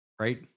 right